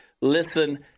listen